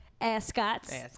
Ascot's